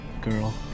girl